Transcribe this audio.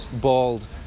bald